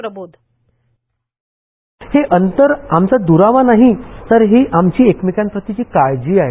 प्रबोध हे अंतर आमचा द्रावा नाही तर ही आमची एकमेकांप्रतिची काळजी आहे